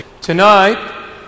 Tonight